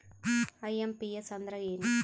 IMPS ಅಂದ್ರ ಏನು?